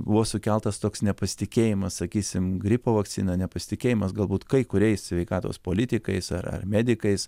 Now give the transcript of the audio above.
buvo sukeltas toks nepasitikėjimas sakysim gripo vakcina nepasitikėjimas galbūt kai kuriais sveikatos politikais ar ar medikais